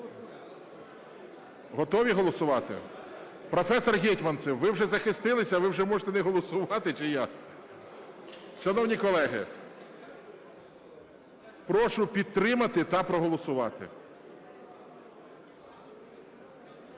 Готові голосувати? Професор Гетманцев, ви вже захистилися, ви вже можете не голосувати чи як? Шановні колеги, прошу підтримати та проголосувати.